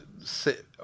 sit